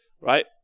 Right